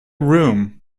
room